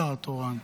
השר התורן.